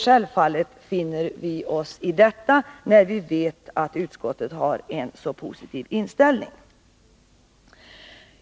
Självfallet finner vi oss i detta, när vi vet att utskottet har en så positiv inställning.